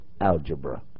Algebra